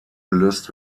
gelöst